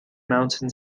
mountain